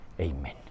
Amen